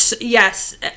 Yes